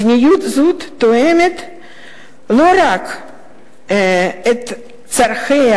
מדיניות זאת תואמת לא רק את צרכיה